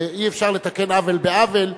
ואי-אפשר לתקן עוול בעוול,